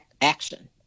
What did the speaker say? action